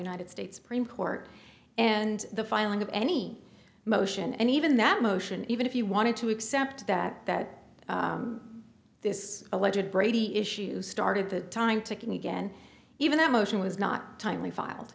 united states supreme court and the filing of any motion and even that motion even if you wanted to accept that that this alleged brady issues started the time ticking again even that motion was not timely filed